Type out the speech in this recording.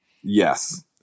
Yes